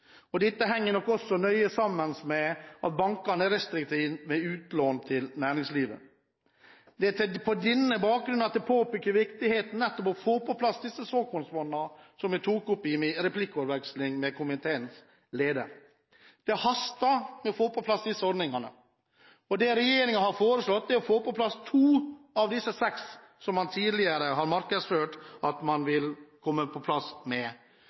Dette henger nok også nøye sammen med at bankene er restriktive med utlån til næringslivet. Det er på denne bakgrunnen jeg påpeker viktigheten av nettopp å få på plass disse såkornfondene, som jeg tok opp i min replikkordveksling med komiteens leder. Det haster med å få på plass disse ordningene. Det regjeringen har foreslått, er å få på plass to av de seks, som man tidligere har markedsført at man ville få på plass.